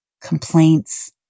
complaints